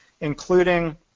including